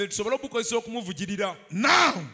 Now